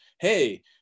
hey